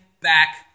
back